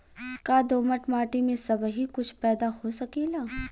का दोमट माटी में सबही कुछ पैदा हो सकेला?